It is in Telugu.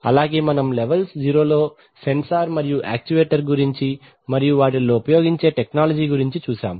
అలాగే మనం లెవెల్ 0 లో సెన్సార్ మరియు యాక్చువేటర్ గురించి మరియు వాటిల్లో ఉపయోగించే టెక్నాలజీ గురించి చూసాము